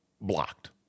Blocked